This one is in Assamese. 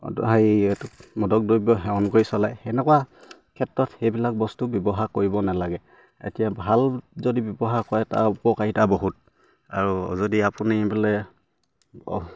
হেৰি মাদক দ্ৰব্য সেৱন কৰি চলায় সেনেকুৱা ক্ষেত্ৰত সেইবিলাক বস্তু ব্যৱহাৰ কৰিব নালাগে এতিয়া ভাল যদি ব্যৱহাৰ কৰে তাৰ উপকাৰিতা বহুত আৰু যদি আপুনি বোলে